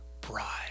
bride